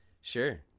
sure